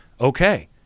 Okay